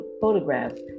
photographs